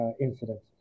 incidents